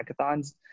hackathons